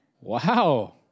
Wow